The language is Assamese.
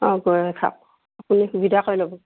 অঁ গৈ থাকক আপুনি সুবিধা কৰি ল'ব